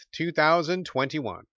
2021